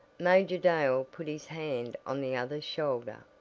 major dale put his hand on the other's shoulder.